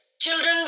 Children